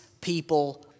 people